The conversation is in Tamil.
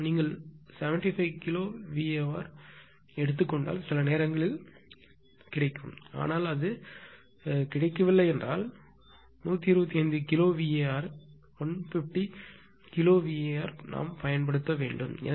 நீங்கள் 75 கிலோ VAr ஐ எடுத்துக் கொண்டால் சில நேரங்களில் கிடைக்கும் ஆனால் அது கிடைக்கவில்லை என்றால் 125 கிலோ VAr 150 கிலோ VAr பயன்படுத்தவும்